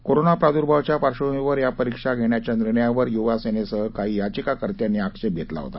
corona प्राद्भावाच्या पार्श्वभूमीवर या परीक्षा घेण्याच्या निर्णयावर युवा सेनेसह काही याचिकाकर्त्यांनी आक्षेप घेतला होता